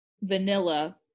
vanilla